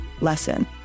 lesson